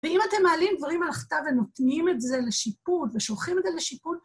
ואם אתם מעלים דברים על הכתב ונותנים את זה לשיפוט ושולחים את זה לשיפוט...